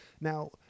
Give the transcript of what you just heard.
now